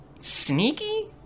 Sneaky